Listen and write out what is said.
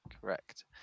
Correct